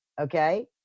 okay